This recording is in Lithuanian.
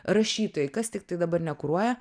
rašytojai kas tiktai dabar nekuruoja